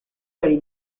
del